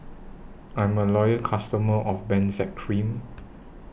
I'm A Loyal customer of Benzac Cream